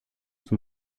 zum